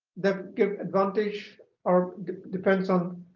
that give advantage or depends on